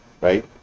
right